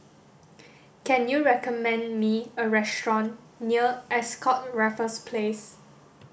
can you recommend me a restaurant near Ascott Raffles Place